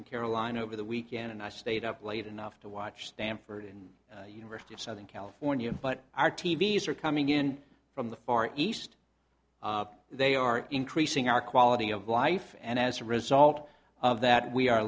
in carolina over the weekend and i stayed up late enough to watch stanford and university of southern california but our t v s are coming in from the far east they are increasing our quality of life and as a result of that we are